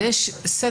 אלא יש סט